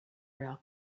rail